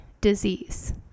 disease